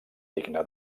digne